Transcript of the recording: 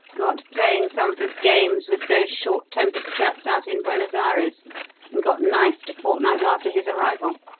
got playing some of his games with those short-tempered chaps out in buenos ayres and got knifed a fortnight after his arrival.